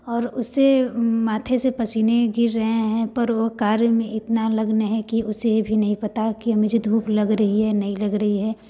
और उसके माथे से पसीने गिर रहे हैं पर वह कार्य में इतना लग्न है कि उसे यह भी नहीं पता कि मुझे धूप लग रही है या नहीं लग रही है